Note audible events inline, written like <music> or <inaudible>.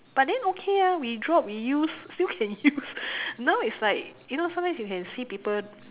but then okay ah we drop we use still can use <laughs> now it's like you know sometimes you can see people